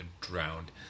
Drowned